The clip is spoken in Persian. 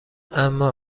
اما